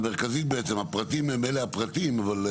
המרכזית בעצם, הפרטים הם אלה הפרטים, אבל,